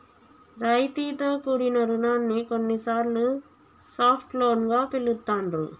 రాయితీతో కూడిన రుణాన్ని కొన్నిసార్లు సాఫ్ట్ లోన్ గా పిలుత్తాండ్రు